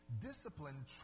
Discipline